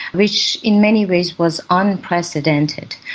which in many ways was unprecedented.